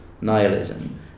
nihilism